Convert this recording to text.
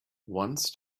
once